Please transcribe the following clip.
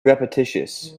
repetitious